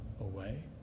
away